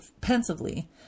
pensively